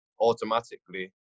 automatically